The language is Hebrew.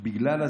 מכל מה